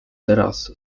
teraz